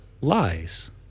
lies